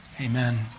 Amen